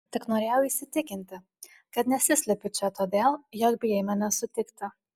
tik norėjau įsitikinti kad nesislepi čia todėl jog bijai mane sutikti